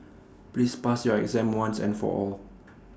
please pass your exam once and for all